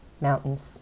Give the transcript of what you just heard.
Mountains